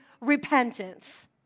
repentance